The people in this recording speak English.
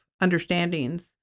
understandings